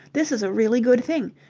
this is a really good thing.